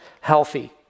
healthy